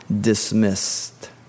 dismissed